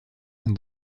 and